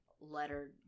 letter